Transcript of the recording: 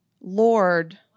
Lord